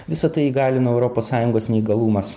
visa tai įgalina europos sąjungos neįgalumas